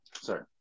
Sorry